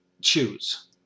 choose